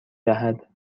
دهد